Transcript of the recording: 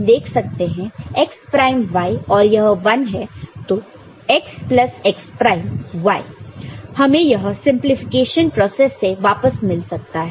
तो x plus x prime y हमें यह सिंपलीफिकेशन प्रोसेस से वापस मिल सकता है